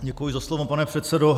Děkuji za slovo, pane předsedo.